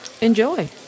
enjoy